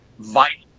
vital